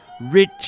rich